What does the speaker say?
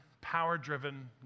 power-driven